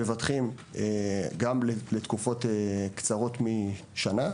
מבטחים גם לתקופות קצרות משנה.